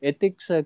Ethics